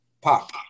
Pop